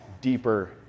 deeper